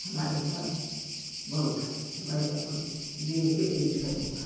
हमारे घर बहुत है मैं अपन बुनकर यूज करूँगा